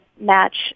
match